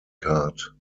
card